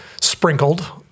sprinkled